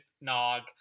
Nog